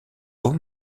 aux